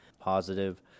positive